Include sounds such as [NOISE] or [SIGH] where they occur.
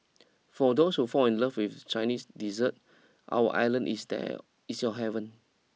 for those who fall in love with Chinese dessert our island is [UNINTELLIGIBLE] is your heaven